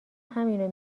همینو